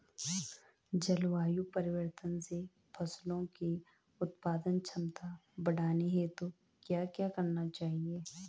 जलवायु परिवर्तन से फसलों की उत्पादन क्षमता बढ़ाने हेतु क्या क्या करना चाहिए?